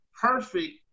perfect